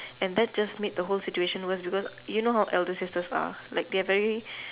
and that just the whole situation worse because you know how elder sisters are they are very